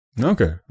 okay